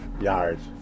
yards